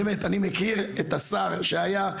באמת אני מכיר את השר שהיה,